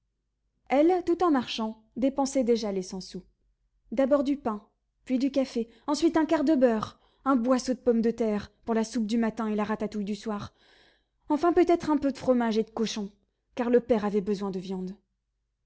elle tout en marchant dépensait déjà les cent sous d'abord du pain puis du café ensuite un quart de beurre un boisseau de pommes de terre pour la soupe du matin et la ratatouille du soir enfin peut-être un peu de fromage de cochon car le père avait besoin de viande